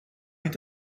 mit